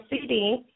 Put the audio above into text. CD